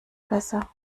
besser